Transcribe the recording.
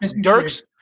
Dirks